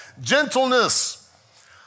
Gentleness